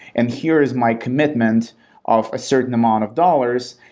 and here's my commitment of a certain amount of dollars,